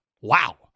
Wow